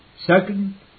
Second